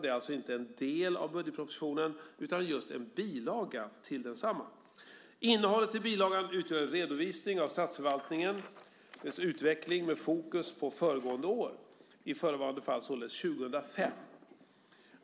Det är alltså inte en del av budgetpropositionen, utan just en bilaga till densamma. Innehållet i bilagan utgör en redovisning av statsförvaltningens utveckling med fokus på föregående år, i förevarande fall således 2005.